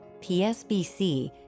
PSBC